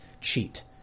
cheat